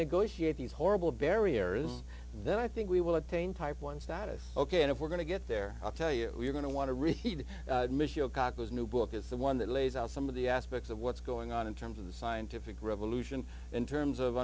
negotiate these horrible barriers then i think we will attain type one status ok and if we're going to get there i'll tell you we're going to want to reseed michelle cottle as new book is the one that lays out some of the aspects of what's going on in terms of the scientific revolution in terms of